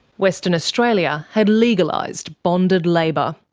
western australia had legalised bonded labour.